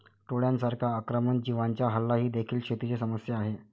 टोळांसारख्या आक्रमक जीवांचा हल्ला ही देखील शेतीची समस्या आहे